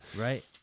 Right